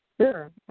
Sure